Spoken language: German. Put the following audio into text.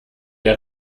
der